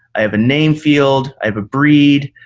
i have a name field. i have a breed.